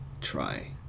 try